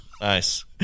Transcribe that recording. Nice